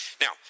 Now